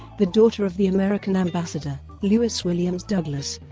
the daughter of the american ambassador, lewis williams douglas.